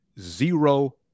zero